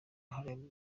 harimo